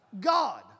God